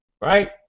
right